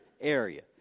area